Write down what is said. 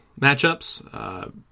matchups